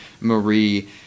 Marie